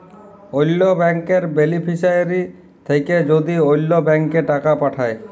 অল্য ব্যাংকের বেলিফিশিয়ারি থ্যাকে যদি অল্য ব্যাংকে টাকা পাঠায়